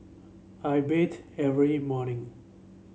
I bathe every morning